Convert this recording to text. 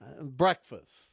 Breakfast